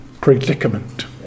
predicament